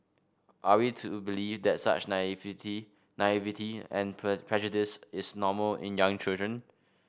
are we to believe that such naivety naivety and prejudice is normal in young children